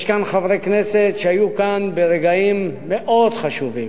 יש כאן חברי כנסת שהיו כאן ברגעים מאוד חשובים,